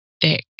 thick